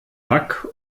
bug